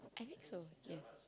I think so yeah